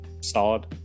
solid